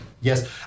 Yes